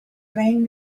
playing